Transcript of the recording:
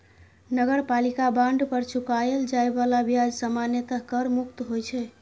नगरपालिका बांड पर चुकाएल जाए बला ब्याज सामान्यतः कर मुक्त होइ छै